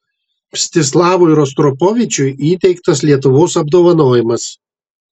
mstislavui rostropovičiui įteiktas lietuvos apdovanojimas